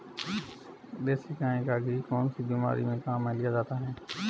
देसी गाय का घी कौनसी बीमारी में काम में लिया जाता है?